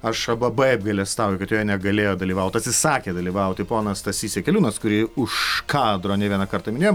aš labai apgailestauju kad joje negalėjo dalyvauti atsisakė dalyvauti ponas stasys jakeliūnas kurį už kadro ne vieną kartą minėjom